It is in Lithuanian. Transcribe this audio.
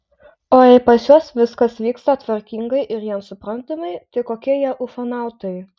o jei pas juos viskas vyksta tvarkingai ir jiems suprantamai tai kokie jie ufonautai